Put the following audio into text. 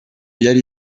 yari